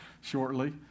shortly